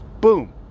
boom